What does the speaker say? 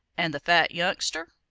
and the fat youngster?